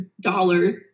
dollars